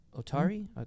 Otari